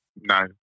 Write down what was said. No